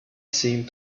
seemed